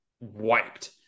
wiped